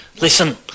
Listen